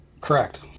Correct